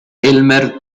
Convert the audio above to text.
elmer